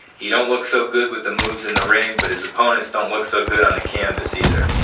he don't look so good with the moves in the ring, but his opponents don't look so good on the canvas either.